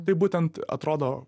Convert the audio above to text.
taip būtent atrodo